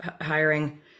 hiring